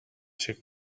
شکل